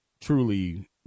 truly